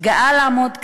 גאה לעמוד כאן,